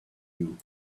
you